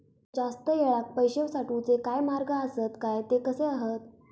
जास्त वेळाक पैशे साठवूचे काय मार्ग आसत काय ते कसे हत?